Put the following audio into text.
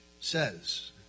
says